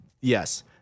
Yes